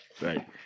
right